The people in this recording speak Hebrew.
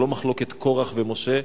זו לא מחלוקת קורח ומשה,